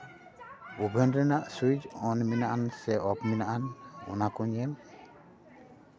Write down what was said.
oven ᱨᱮᱱᱟᱜ switch on ᱢᱮᱱᱟᱜᱼᱟ ᱥᱮ ᱚᱯᱷ ᱢᱮᱱᱟᱜ ᱟᱱ ᱚᱱᱟ ᱠᱚ ᱧᱮᱞ